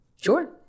Sure